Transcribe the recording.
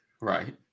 right